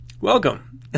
Welcome